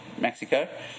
Mexico